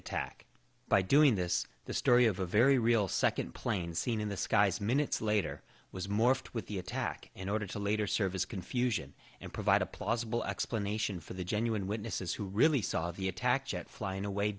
attack by doing this the story of a very real second plane seen in the skies minutes later was morphed with the attack in order to later serve as confusion and provide a plausible explanation for the genuine witnesses who really saw the attack jet flying away